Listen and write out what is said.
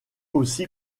aussi